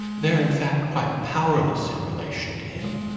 they're in fact quite powerless in relation to him.